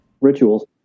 rituals